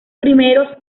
primeros